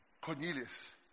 Cornelius